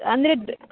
ಅಂದರೆ